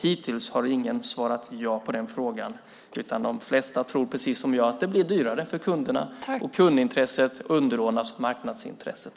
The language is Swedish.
Hittills har ingen svarat ja på den frågan, utan de flesta tror precis som jag att det blir dyrare för kunderna. Kundintresset underordnas marknadsintresset.